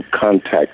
contact